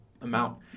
amount